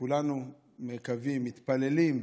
כולנו מקווים, מתפללים,